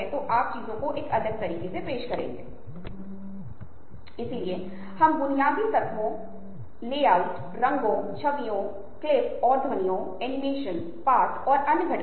हम कुछ मामलों का अध्ययन करेंगे हम जल्दी से इस बात पर ध्यान देंगे कि मूल रूप से वहाँ पर क्या होता है